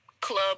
club